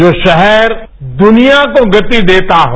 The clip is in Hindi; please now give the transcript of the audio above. जो शहर दुनिया को गति देता हो